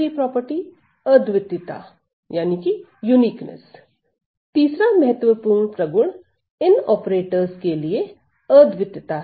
3 अद्वितीयता तीसरा महत्वपूर्ण प्रगुण इन ऑपरेटरस के लिए अद्वितीयता है